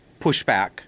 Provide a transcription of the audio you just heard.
pushback